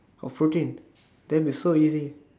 of protein that will be so easy